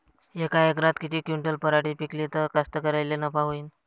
यका एकरात किती क्विंटल पराटी पिकली त कास्तकाराइले नफा होईन?